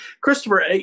Christopher